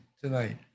tonight